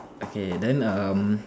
okay then um